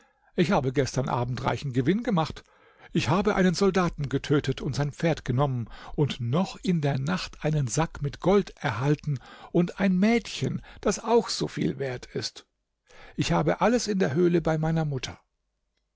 ich habe gestern abend reichen gewinn gemacht ich habe einen soldaten getötet und sein pferd genommen und noch in der nacht einen sack mit gold erhalten und ein mädchen das auch so viel wert ist ich habe alles in der höhle bei meiner mutter